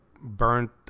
burnt